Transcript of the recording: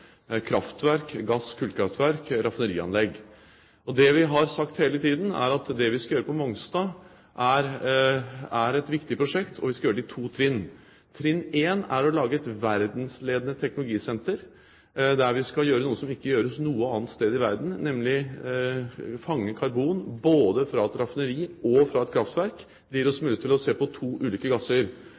kraftverk, gass- og kullkraftverk, raffinerianlegg. Det vi har sagt hele tiden, er at det vi skal gjøre på Mongstad, er et viktig prosjekt, og vi skal gjøre det i to trinn. Trinn én er å lage et verdensledende teknologisenter, der vi skal gjøre noe som ikke gjøres noe annet sted i verden, nemlig å fange karbon både fra et raffineri og fra et kraftverk. Det gir oss mulighet til å se på to ulike gasser.